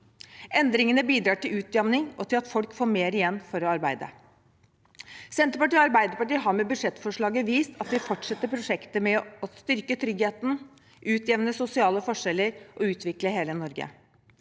Endringene bidrar til utjamning og til at folk får mer igjen for å arbeide. Senterpartiet og Arbeiderpartiet har med budsjettforslaget vist at vi fortsetter prosjektet med å styrke tryggheten, utjevne sosiale forskjeller og utvikle hele Norge.